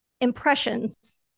impressions